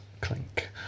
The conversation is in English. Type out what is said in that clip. clink